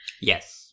Yes